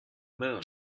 moon